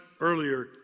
earlier